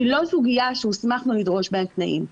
היא לא סוגיה שהוסמכנו לדרוש בה תנאים.